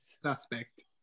Suspect